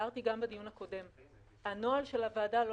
הערתי גם בדיון הקודם שהנוהל של הוועדה לא